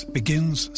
begins